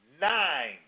nine